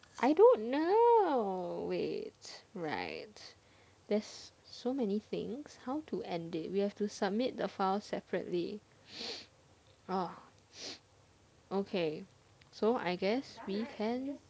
I don't know wait right there's so many things how to end it we have to submit the file separately orh okay so I guess we can